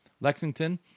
Lexington